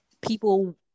people